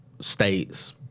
states